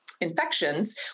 Infections